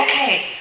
okay